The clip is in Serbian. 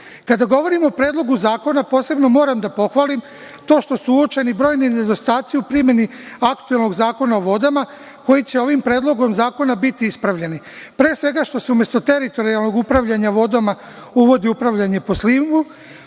vode. Kada govorimo o Predlogu zakona, posebno moram da pohvalim to što su uočeni brojni nedostaci u primeni aktuelnog Zakona o vodama, koji će ovim predlogom zakona biti ispravljeni. Pre svega što se umesto teritorijalnog upravljanja vodama uvodi upravljanje po slivu,